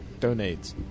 donates